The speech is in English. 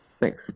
Thanks